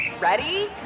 Ready